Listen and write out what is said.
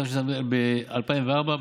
התשס"ד 2004,